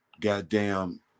goddamn